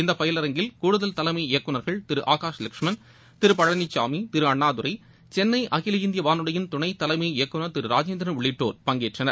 இந்த பயிலரங்கில் கூடுதல் தலைமை இயக்குனர்கள் திரு ஆகாஷ் லஷ்மண் திரு பழனிச்சாமி திரு அன்ணாதுரை சென்னை அகில இந்திய வானொலியிள் துணைத் தலைமை இயக்குனர் திரு ராஜேந்திரன் உள்ளிட்டோர் பங்கேற்றனர்